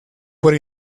por